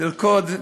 לרקוד,